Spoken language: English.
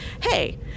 hey